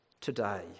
today